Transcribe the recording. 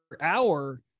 hour